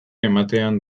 ematean